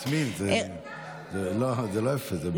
יסמין, זה לא יפה, זו בורות.